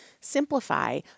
simplify